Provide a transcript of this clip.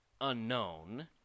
unknown